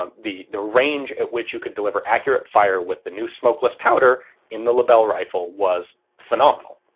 um the the range at which you could deliver accurate fire with the new smokeless powder in the lebel rifle was phenomenal.